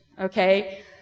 okay